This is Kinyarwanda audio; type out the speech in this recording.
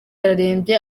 ararembye